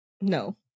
No